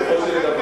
בסופו של דבר,